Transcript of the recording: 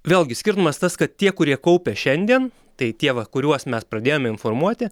vėlgi skirtumas tas kad tie kurie kaupia šiandien tai tie va kuriuos mes pradėjome informuoti